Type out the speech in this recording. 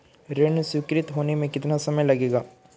ऋण स्वीकृत होने में कितना समय लगेगा?